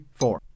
four